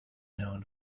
known